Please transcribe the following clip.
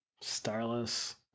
Starless